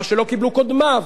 מה שלא קיבלו קודמיו,